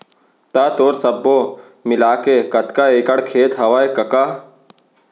त तोर सब्बो मिलाके कतका एकड़ खेत हवय कका?